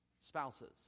spouses